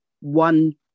one